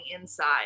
inside